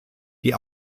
die